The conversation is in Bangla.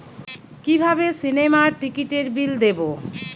কিভাবে সিনেমার টিকিটের বিল দেবো?